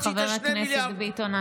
חבר הכנסת ביטון,